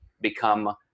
become